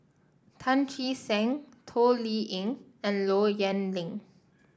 Tan Che Sang Toh Liying and Low Yen Ling